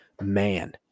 man